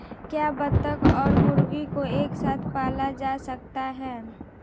क्या बत्तख और मुर्गी को एक साथ पाला जा सकता है?